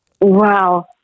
Wow